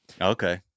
Okay